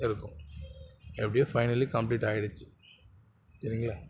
இருக்கும் எப்படியோ finally complete ஆகிடுச்சி சரிங்களா